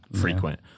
frequent